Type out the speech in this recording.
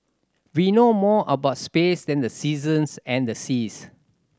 we know more about space than the seasons and the seas